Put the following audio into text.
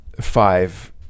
five